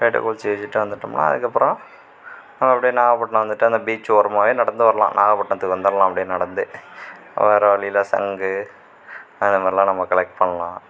டேட்டை குறித்து வச்சிகிட்டு வந்துட்டோம்ன்னா அதுக்கு அப்புறம் அது அப்படியே நாகப்பட்னம் வந்துட்டு அந்த பீச் ஓரமாகவே நடந்து வரலாம் நாகபட்டினத்துக்கு வந்துடலாம் அப்படியே நடந்தே வர்ற வழியில சங்கு அது மாதிரிலான் நம்ம கலெக்ட் பண்ணலாம்